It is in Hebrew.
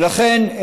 ולכן,